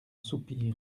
soupir